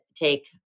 take